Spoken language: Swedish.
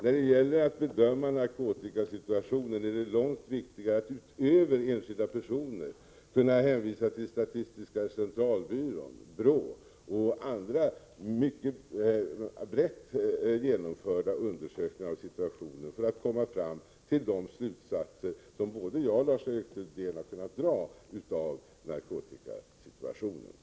När det gäller att bedöma narkotikasituationen är det långt viktigare att, utöver enskilda personer, kunna hänvisa till statistiska centralbyrån, BRÅ och andra mycket lätt genomförda undersökningar för att komma fram till de slutsatser som både jag och Lars-Erik Lövdén kunnat dra av narkotikasituationen.